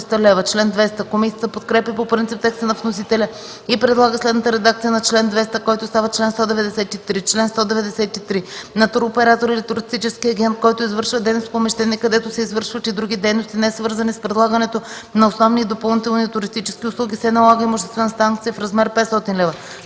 Комисията подкрепя по принцип текста на вносителя и предлага следната редакция на чл. 200, който става чл. 193: „Чл. 193. На туроператор или туристически агент, който извършва дейност в помещение, където се извършват и други дейности, несвързани с предлагането на основни и допълнителни туристически услуги, се налага имуществена санкция в размер 500 лв.”